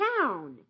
town